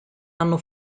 hanno